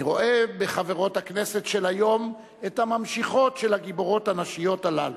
אני רואה בחברות הכנסת של היום את הממשיכות של הגיבורות הנשיות הללו.